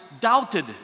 doubted